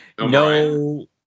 no